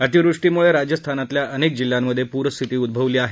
अतिवृष्टीमुळे राजस्थानातल्या अनेक जिल्ह्यांमधे पूरस्थिती उद्भवली आहे